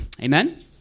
Amen